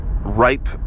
ripe